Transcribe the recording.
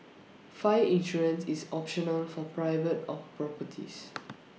fire insurance is optional for private properties